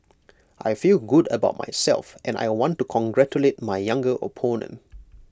I feel good about myself and I want to congratulate my younger opponent